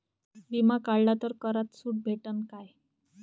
बिमा काढला तर करात सूट भेटन काय?